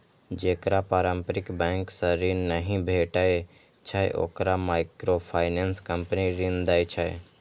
जेकरा पारंपरिक बैंकिंग सं ऋण नहि भेटै छै, ओकरा माइक्रोफाइनेंस कंपनी ऋण दै छै